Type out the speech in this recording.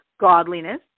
godliness